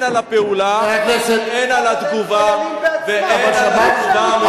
הם חיילים בעצמם, אי-אפשר לקרוא להם פושעים.